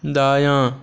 दायाँ